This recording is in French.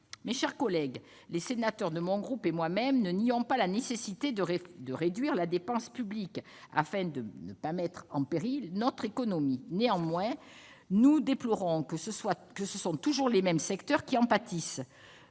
Mes chers collègues, les sénateurs de mon groupe et moi-même ne nions pas la nécessité de réduire la dépense publique afin de ne pas mettre en péril notre économie. Néanmoins, nous déplorons que ce soient toujours les mêmes secteurs qui en pâtissent.